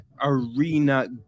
Arena